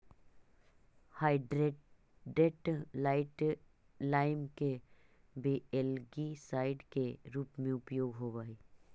hydrated lime के भी algicide के रूप में उपयोग होव हई